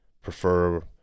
prefer